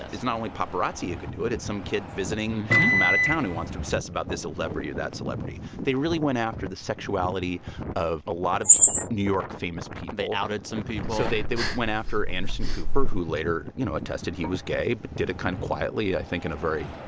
it's not only paparazzi who could do it. it's some kid visiting from out of town who wants to obsess about this celebrity or that celebrity. they really went after the sexuality of a lot of new york famous people they outed some people so they they went after anderson cooper, who, later, you know, attested he was gay but did it kind of quietly, i think, in a very,